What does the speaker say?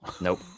Nope